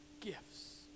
gifts